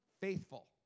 faithful